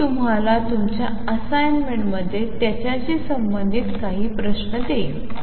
मी तुम्हाला तुमच्या असाइनमेंटमध्ये याच्याशी संबंधित काही प्रश्न देखील देईन